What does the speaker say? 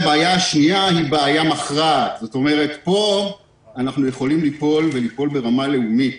הבעיה השנייה היא בעיה מכרעת ופה אנחנו יכולים ליפול ברמה לאומית